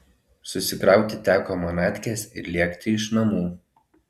susikrauti teko manatkes ir lėkti iš namų